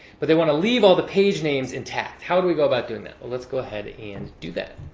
but they want to leave all the page names intact. how do we go about doing that? let's go ahead and do that.